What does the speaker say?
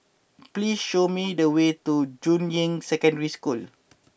please show me the way to Juying Secondary School